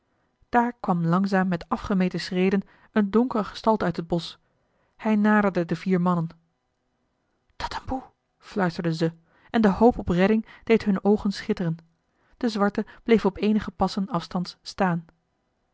daar kwam langzaam met afgemeten schreden eene donkere gestalte uit het bosch hij naderde de vier mannen tatamboe fluisterden ze en de hoop op redding deed hunne oogen schitteren eli heimans willem roda de zwarte bleef op eenige passen afstands staan